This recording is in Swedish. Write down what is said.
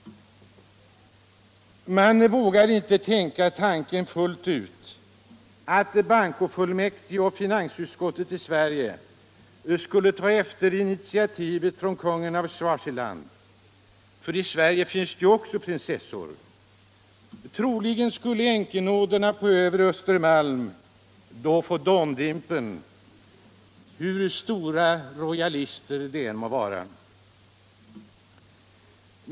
Man vågar inte tänka tanken fullt ut att bankofullmäktige och finansutskottet i Sverige skulle ta efter initiativet från kungen av Swaziland - i Sverige finns ju också prinsessor. Troligen skulle änkenåderna på Öfre Östermalm då få dåndimpen — hur stora rojalister de än må vara.